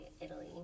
Italy